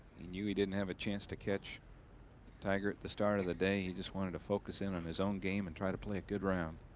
knew he didn't have a chance to catch tiger at the start of the day. he just wanted to focus in on his own game and try to play a good round.